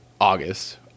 august